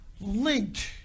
linked